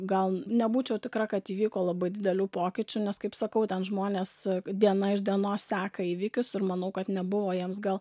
gal nebūčiau tikra kad įvyko labai didelių pokyčių nes kaip sakau ten žmonės diena iš dienos seka įvykius ir manau kad nebuvo jiems gal